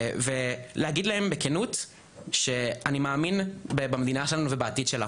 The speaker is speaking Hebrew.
ולהגיד להם בכנות שאני מאמין במדינה שלנו ובעתיד שלה,